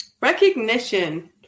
Recognition